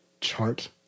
chart